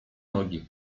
nogi